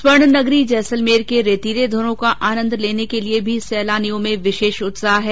स्वर्ण नगरी जैसलमेर के रेतीले धोरों का आनंद लेने के लिये भी सैलानियों में उत्साह है